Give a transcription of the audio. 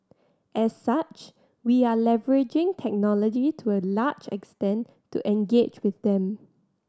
as such we are leveraging technology to a large extent to engage with them